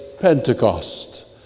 Pentecost